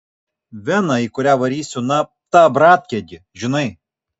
vena į kurią varysiu na ta abratkė gi žinai